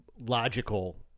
logical